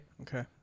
Okay